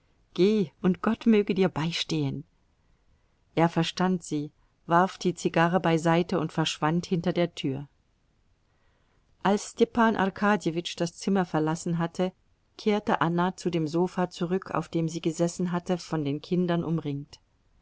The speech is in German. geh und gott möge dir beistehen er verstand sie warf die zigarre beiseite und verschwand hinter der tür als stepan arkadjewitsch das zimmer verlassen hatte kehrte anna zu dem sofa zurück auf dem sie gesessen hatte von den kindern umringt